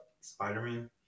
Spider-Man